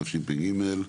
התשפ"ג-2023,